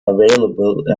available